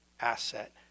asset